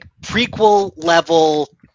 prequel-level